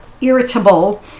irritable